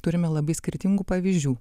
turime labai skirtingų pavyzdžių